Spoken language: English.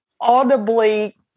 audibly